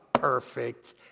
perfect